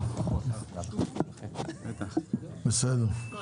שלום לכולם, אני